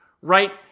right